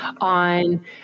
on